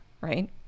right